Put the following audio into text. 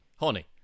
Honey